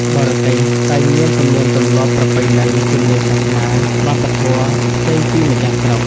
បរទេសតែងមានទំនៀមទម្លាប់ ប្រពៃណី ជំនឿសាសនា វប្បធម៌ផ្សេងពីម្ចាស់ស្រុក ។